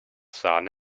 sahne